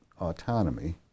autonomy